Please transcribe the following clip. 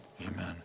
amen